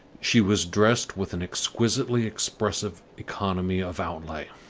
she was dressed with an exquisitely expressive economy of outlay.